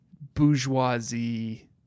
bourgeoisie